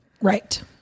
Right